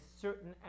certain